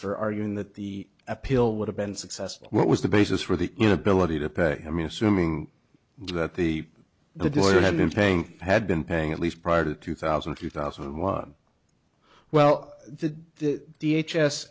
for arguing that the appeal would have been successful what was the basis for the inability to pay i mean assuming that the the daughter had been paying had been paying at least prior to two thousand and two thousand and one well the